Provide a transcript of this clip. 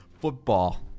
Football